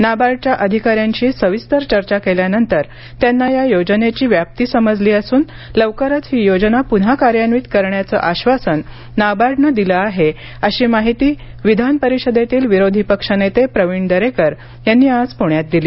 नाबार्डच्या अधिकाऱ्यांशी सविस्तर चर्चा केल्यानंतर त्यांना या योजनेची व्याप्ती समजली असून लवकरच ही योजना पुन्हा कार्यान्वित करण्याचं आश्वासन नाबार्डनं दिलं आहे अशी माहिती विधान परिषदेतील विरोधी पक्षनेते प्रवीण दरेकर यांनी आज पुण्यात दिली